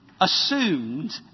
assumed